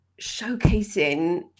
showcasing